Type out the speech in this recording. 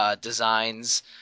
designs